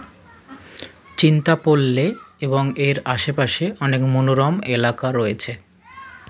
চিন্তাপোল্লে এবং এর আশেপাশে অনেক মনোরম এলাকা রয়েছে